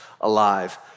alive